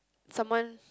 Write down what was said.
someone